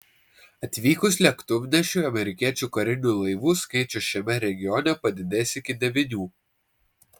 atvykus lėktuvnešiui amerikiečių karinių laivų skaičius šiame regione padidės iki devynių